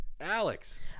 Alex